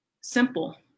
simple